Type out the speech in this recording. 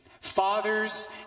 Fathers